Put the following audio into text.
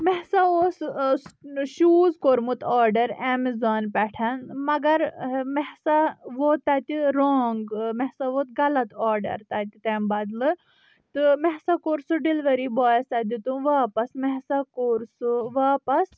مےٚ ہسا اوس شوٗز کوٚرمُت آڈر امزان پیٹھ مگر مےٚ ہسا ووت تتہِ رانگ مےٚ ہسا ووت غلط آڈر تتہِ تمۍ بدلہٕ تہٕ مےٚ ہسا کوٚر سہُ ڈیلوَری بایَس اتھِ دیُتُم واپس مےٚ ہسا کوٚر سہُ واپس